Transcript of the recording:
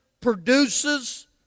produces